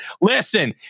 Listen